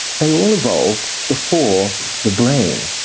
they all evolved before the brain.